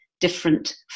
different